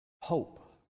Hope